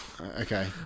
Okay